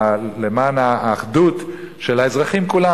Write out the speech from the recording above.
למען האחדות של האזרחים כולם,